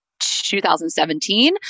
2017